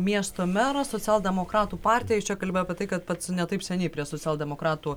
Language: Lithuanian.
miesto meras socialdemokratų partijai čia kalbi apie tai kad pats ne taip seniai prie socialdemokratų